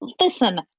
Listen